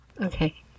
Okay